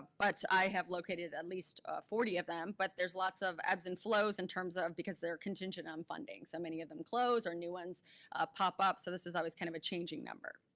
but i have located at least forty of them, but there's lots of ebbs and flows in terms of because they're contingent on funding. so many of them close or new ones pop up. so this is always kind of a changing number.